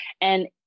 And-